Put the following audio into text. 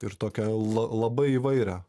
ir tokią la labai įvairią